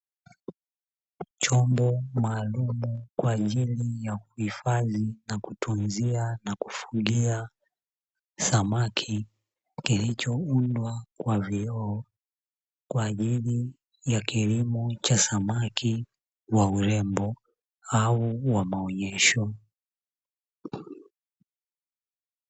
Chombo maalumu kwa ajili ya kuhifadhi na kutunzia na kufugia samaki kilichoundwa kwa vioo kwa ajili ya kilimo cha samaki wa urembo au wa maonyesho.